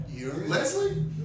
Leslie